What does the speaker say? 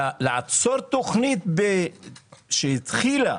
לעצור תכנית שהתחילה?